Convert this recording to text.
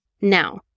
Now